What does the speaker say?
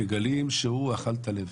מגלים שהוא אכל את הלב,